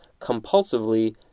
compulsively